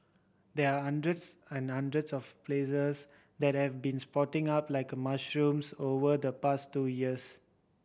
there are hundreds and hundreds of places that have been sprouting up like mushrooms over the past two years